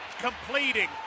completing